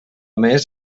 més